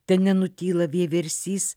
te nenutyla vieversys